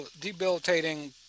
debilitating